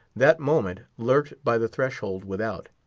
that moment lurked by the threshold without.